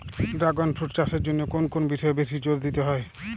Dragon fruit চাষের জন্য কোন কোন বিষয়ে বেশি জোর দিতে হয়?